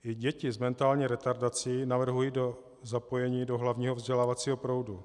I děti s mentální retardací navrhují do zapojení do hlavního vzdělávacího proudu.